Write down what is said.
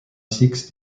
sixte